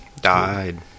died